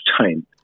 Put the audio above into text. time